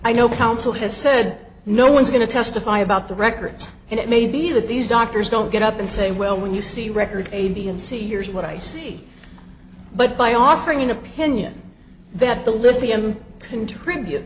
i know counsel has said no one's going to testify about the records and it may be that these doctors don't get up and say well when you see record a b and c here's what i see but by offering an opinion that the lithium contribute